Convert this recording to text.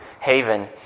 Haven